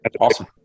Awesome